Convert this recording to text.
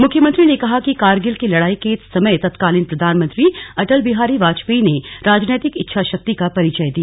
मुख्यमंत्री ने कहा कि कारगिल की लड़ाई के समय तत्कालीन प्रधानमंत्री अटल बिहारी वाजपेयी ने राजनैतिक इच्छा शक्ति का परिचय दिया